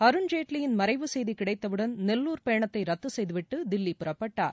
அருண்ஜேட்லியின் மறைவு செய்தி கிடைத்தவுடன் நெல்லூர் பயணத்தை ரத்து செய்துவிட்டு தில்லி புறப்பட்டார்